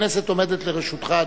הכנסת עומדת לרשותך,